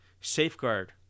safeguard